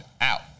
out